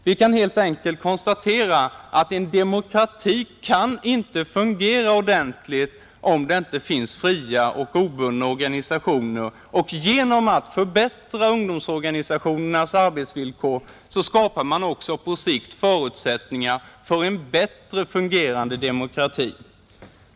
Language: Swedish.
Vi kan helt enkelt konstatera att en demokrati inte kan fungera ordentligt om det inte finns fria och obundna organisationer. Genom att förbättra ungdomsorganisationernas arbetsvillkor skapar man också på sikt förutsättningar för en bättre fungerande demokrati.